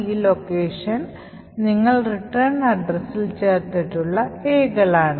ഈ ലൊക്കേഷൻ നിങ്ങൾ റിട്ടേൺ അഡ്രസ്സിൽ ചേർത്തിട്ടുള്ള A കളാണ്